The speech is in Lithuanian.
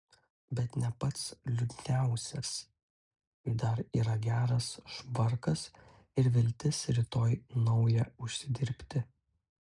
bet ne pats liūdniausias kai dar yra geras švarkas ir viltis rytoj naują užsidirbti